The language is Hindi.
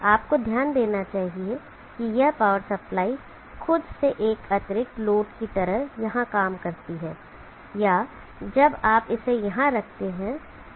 आपको ध्यान देना चाहिए कि यह पावर सप्लाई खुद से एक अतिरिक्त लोड की तरह यहां काम करती है या जब आप इसे यहां रखती है